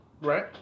Right